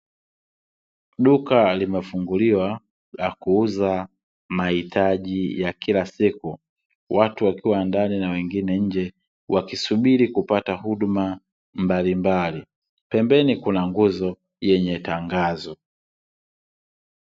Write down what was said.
Duka limefunguliwa la kuuza mahitaji ya kila siku. Watu wakiwa ndani na wengine nje, wakisubiri kupata huduma mbalimbali, pembeni kuna nguzo yenye tangazo.